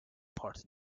part